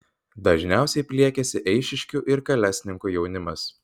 dažniausiai pliekiasi eišiškių ir kalesninkų jaunimas